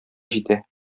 җитә